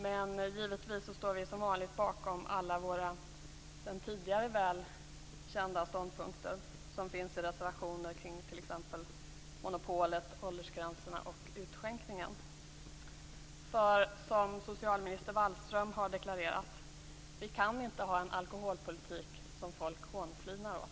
Men givetvis står vi som vanligt bakom alla våra sedan tidigare väl kända ståndpunkter som redovisas i reservationer kring t.ex. För som socialminister Wallström har deklarerat: Vi kan inte ha en alkoholpolitik som folk hånflinar åt!